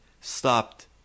stopped